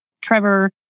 Trevor